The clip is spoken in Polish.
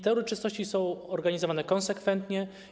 Te uroczystości są organizowane konsekwentnie.